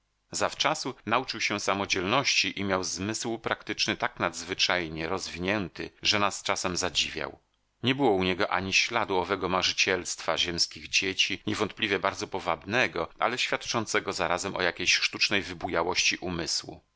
ziemi zawczasu nauczył się samodzielności i miał zmysł praktyczny tak nadzwyczajnie rozwinięty że nas czasem zadziwiał nie było u niego ani śladu owego marzycielstwa ziemskich dzieci niewątpliwie bardzo powabnego ale świadczącego zarazem o jakiejś sztucznej wybujałości umysłu